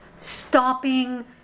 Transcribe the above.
stopping